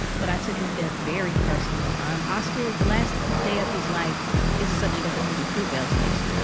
but i took his death very personally. um oscar the last day of his life is the subject of the movie fruitvale station. yeah.